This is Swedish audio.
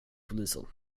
polisen